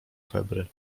febry